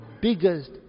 biggest